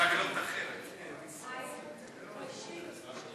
הקמת ועדת חריגים לנפגעי פעולות איבה שהתרחשו מחוץ לישראל),